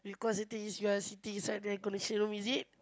because the thing is you are sitting inside the air-conditioned room is it